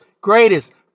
Greatest